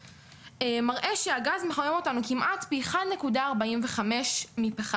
מראה שהגז מחמם אותנו כמעט פי 1.45 מפחם,